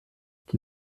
qui